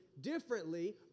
differently